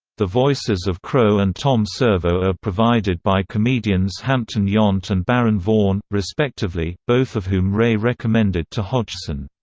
the voices of crow and tom servo are provided by comedians hampton yount and baron vaughn, respectively, both of whom ray recommended to hodgson.